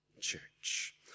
church